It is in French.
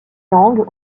langues